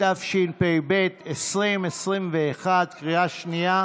התשפ"ב 2021, לקריאה שנייה